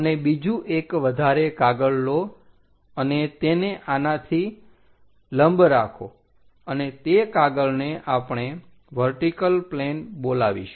અને બીજુ એક વધારે કાગળ લો અને તેને આનાથી લંબ રાખો અને તે કાગળને આપણે વર્ટિકલ પ્લેન બોલાવીશું